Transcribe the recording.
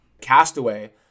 Castaway